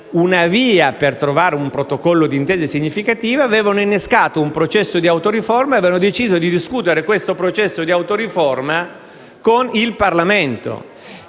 una via per trovare un protocollo d'intesa significativo, avevano innescato un processo di autoriforma e avevano deciso di discutere questo processo con il Parlamento.